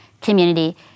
community